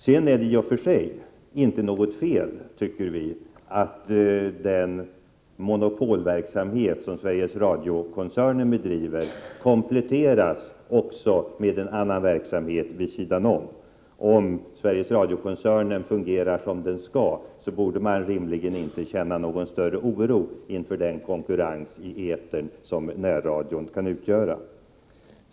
Sedan är det i och för sig inte något fel, tycker vi, att den monopolverksamhet som Sveriges Radio-koncernen bedriver kompletteras med en annan verksamhet vid sidan om. Om Sveriges Radio-koncernen fungerar som den skall, borde man rimligen inte känna någon större oro inför den konkurrens i etern som närradion kan utgöra.